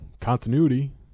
continuity